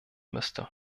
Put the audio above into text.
müsste